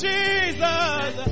Jesus